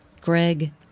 Greg